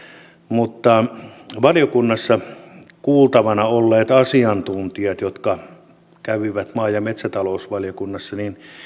mutta kuultavana olleet asiantuntijat jotka kävivät maa ja metsätalousvaliokunnassa